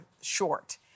short